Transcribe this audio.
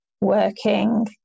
working